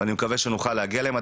ואני מקווה שנוכל להגיע אליהם.